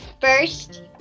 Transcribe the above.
First